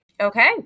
Okay